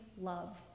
love